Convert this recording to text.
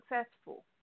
successful